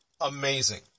amazing